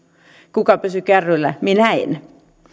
kuka pysyi kärryillä minä en